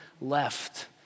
left